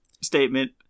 statement